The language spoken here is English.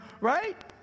right